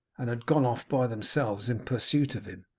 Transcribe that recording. and had gone off by themselves in pursuit of him.